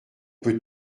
peut